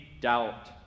doubt